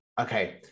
Okay